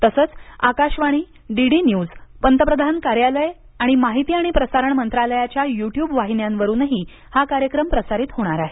तसंच Akashvani DD News पंतप्रधान कार्यालय आणि माहिती आणि प्रसारण मंत्रालयाच्या युट्युब वाहिन्यांवरूनही हा कार्यक्रम प्रसारित होणार आहे